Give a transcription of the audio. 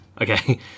okay